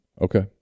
Okay